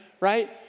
right